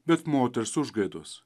bet moters užgaidos